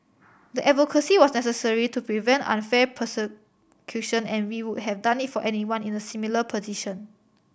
the advocacy was necessary to prevent unfair persecution and we would have done it for anyone in a similar position